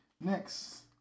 Next